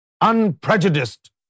unprejudiced